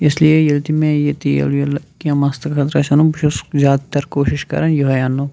اِسلیے ییٚلہِ تہِ مےٚ یہِ تیٖل ویٖل کینٛہہ مَستہٕ خٲطرٕ آسہِ اَنُن بہٕ چھُس زیادٕ تر کوٗشِش کَران یِہے اَننُک